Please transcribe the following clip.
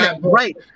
right